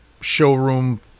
showroom